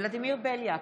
ולדימיר בליאק,